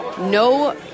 no